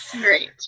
Great